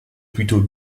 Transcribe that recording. plutôt